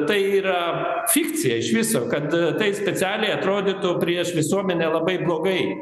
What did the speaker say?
tai yra fikcija iš viso kad tai specialiai atrodytų prieš visuomenę labai blogai